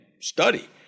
study